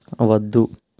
వద్దు